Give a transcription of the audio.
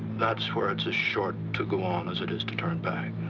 that's where it's as short to go on as it is to turn back.